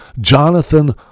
Jonathan